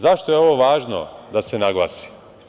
Zašto je ovo važno da se naglasi?